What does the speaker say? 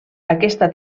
aquesta